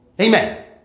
Amen